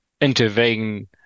intervene